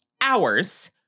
hours